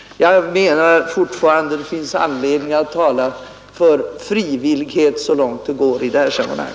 Jag anser att det fortfarande finns anledning tala för frivillighet så långt det går i detta sammanhang.